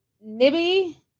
Nibby